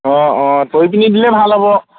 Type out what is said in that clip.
অঁ অঁ তৰি পিনি দিলে ভাল হ'ব